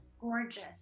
gorgeous